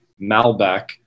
Malbec